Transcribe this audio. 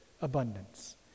Abundance